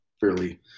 fairly